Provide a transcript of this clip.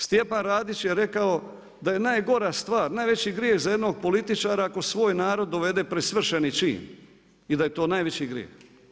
Stjepan Radić je rekao da je najgora stvar, najveći grijeh za jednog političara ako svoj narod dovede pred svršeni čin i da je to najveći grijeh.